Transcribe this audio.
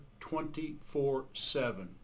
24-7